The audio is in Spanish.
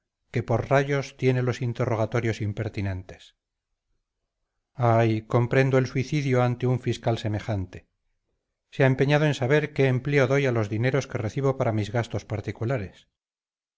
que por rayos tiene los interrogatorios impertinentes ay comprendo el suicidio ante un fiscal semejante se ha empeñado en saber qué empleo doy a los dineros que recibo para mis gastos particulares los